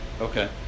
Okay